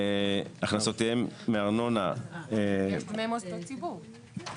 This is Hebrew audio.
הכנסותיהן מארנונה --- אבל יש דמי מוסדות ציבור,